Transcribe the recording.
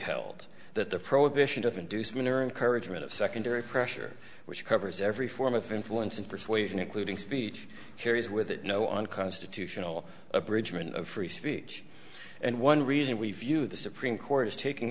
held that the prohibition of inducement or encourage men of secondary pressure which covers every form of influence and persuasion including speech carries with it no unconstitutional abridgement of free speech and one reason we view the supreme court is taking